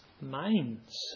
minds